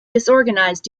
disorganized